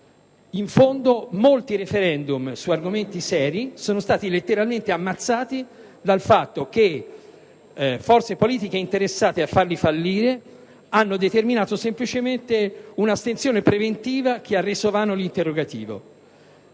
In fondo, molti *referendum* su argomenti seri sono stati letteralmente ammazzati dal fatto che forze politiche interessate a farli fallire hanno determinato semplicemente un'astensione preventiva che ha reso vana la consultazione.